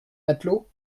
matelots